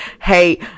Hey